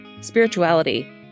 spirituality